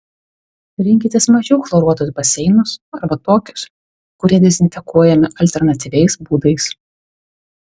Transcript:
rinkitės mažiau chloruotus baseinus arba tokius kurie dezinfekuojami alternatyviais būdais